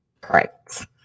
Correct